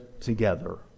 together